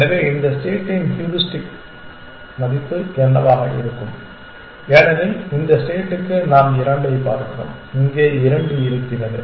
எனவே இந்த ஸ்டேட்டின் ஹூரிஸ்டிக் மதிப்பு என்னவாக இருக்கும் ஏனெனில் இந்த ஸ்டேட்டுக்கு நாம் இரண்டைப் பார்க்கிறோம் இங்கே இரண்டு இருக்கிறது